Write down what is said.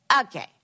Okay